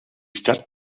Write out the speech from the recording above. stadt